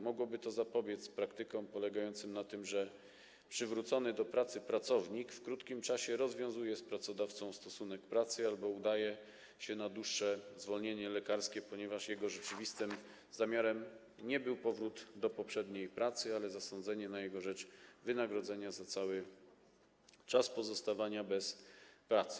Mogłoby to zapobiec praktykom polegającym na tym, że przywrócony do pracy pracownik w krótkim czasie rozwiązuje z pracodawcą stosunek pracy albo udaje się na dłuższe zwolnienie lekarskie, ponieważ jego rzeczywistym zamiarem nie był powrót do poprzedniej pracy, ale było zasądzenie na jego rzecz wynagrodzenia za cały czas pozostawania bez pracy.